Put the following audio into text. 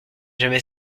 jamais